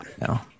No